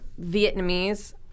Vietnamese